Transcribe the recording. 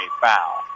foul